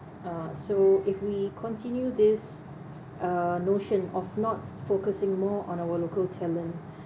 uh so if we continue this uh notion of not focusing more on our local talent